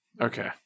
Okay